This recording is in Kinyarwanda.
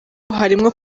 harimwo